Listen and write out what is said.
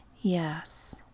Yes